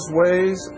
ways